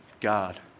God